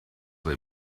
they